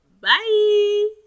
Bye